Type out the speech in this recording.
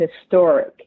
historic